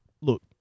Look